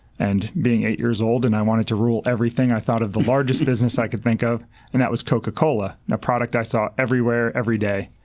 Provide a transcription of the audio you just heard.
and being eight years old and i wanted to rule everything, i thought of the largest business i could think of and that was coca-cola, and a product i saw everywhere, every day.